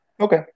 Okay